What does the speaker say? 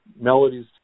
melodies